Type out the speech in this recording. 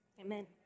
Amen